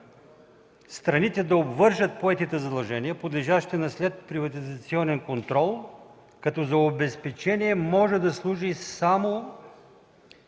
страните да обвържат поетите задължения, подлежащи на следприватизационен контрол, като за обезпечение може да служи само